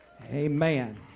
Amen